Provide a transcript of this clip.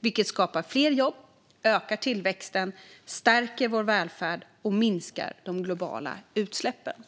vilket skapar fler jobb, ökar tillväxten, stärker välfärden och minskar de globala utsläppen.